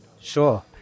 Sure